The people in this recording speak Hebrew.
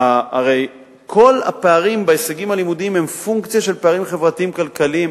הרי כל הפערים בהישגים הלימודיים הם פונקציה של פערים חברתיים-כלכליים.